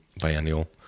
Biennial